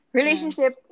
relationship